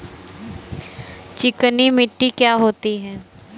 चिकनी मिट्टी क्या होती है?